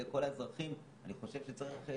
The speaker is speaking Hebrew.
--- אני מאגף מערכות המידע של המשרד.